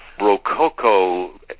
rococo